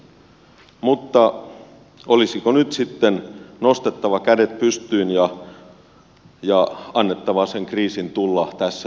mutta olisiko nyt sitten nostettava kädet pystyyn ja annettava sen kriisin tulla tässä ja nyt